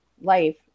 life